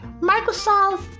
Microsoft